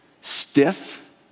stiff